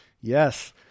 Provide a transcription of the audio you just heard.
yes